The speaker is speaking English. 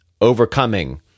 overcoming